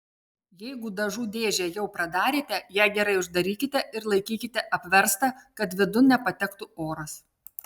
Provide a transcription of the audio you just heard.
jeigu dažų dėžę jau pradarėte ją gerai uždarykite ir laikykite apverstą kad vidun nepatektų oras